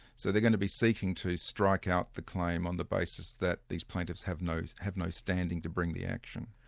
so they're going to be seeking to strike out the claim on the basis that these plaintiffs have no have no standing to bring the action.